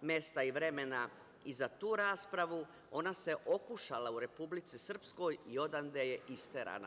mesta i vremena i za tu raspravu, ona se okušala u Republici Srpskoj i odande je isterana.